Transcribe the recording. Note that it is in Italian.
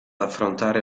affrontare